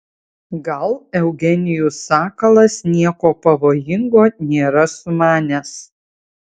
gal eugenijus sakalas nieko pavojingo nėra sumanęs